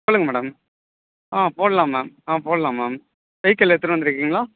சொல்லுங்கள் மேடம் ஆ போடலாம் மேம் ஆ போடலாம் மேம் வெஹிக்கிள் எடுத்துன்னு வந்திருக்கீங்களா